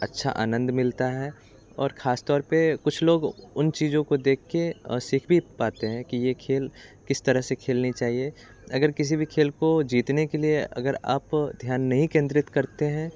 अच्छा आनंद मिलता है और ख़ासतौर पर कुछ लोग उन चीज़ों को देख कर सीख भी पाते हैं कि यह खेल किस तरह से खेलना चाहिए अगर किसी भी खेल को जीतने के लिए अगर आप ध्यान नहीं केंद्रित करते हैं